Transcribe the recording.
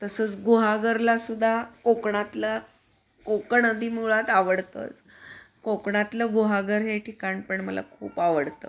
तसंच गुहागरला सुद्धा कोकणातला कोकण आधी मुळात आवडतंच कोकणातलं गुहागर हे ठिकाण पण मला खूप आवडतं